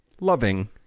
loving